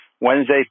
Wednesday